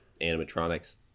animatronics